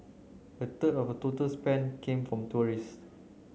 a third of total spend came from tourists